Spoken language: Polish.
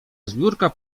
zbiórka